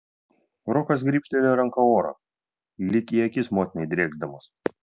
rokas grybštelėjo ranka orą lyg į akis motinai drėksdamas